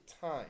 time